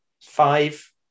Five